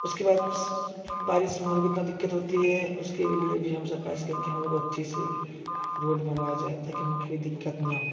उसके बाद बारिश में हम लोग को इतना दिक्कत होती है उसके लिए भी हम सरकार से कहेंगे हम लोग अच्छे से रोड बनाया जाए ताकि हमें कोई दिक्कत ना हो